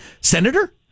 Senator